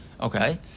okay